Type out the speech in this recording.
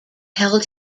held